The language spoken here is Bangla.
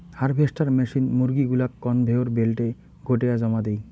হারভেস্টার মেশিন মুরগী গুলাক কনভেয়র বেল্টে গোটেয়া জমা দেই